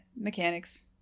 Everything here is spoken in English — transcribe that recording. mechanics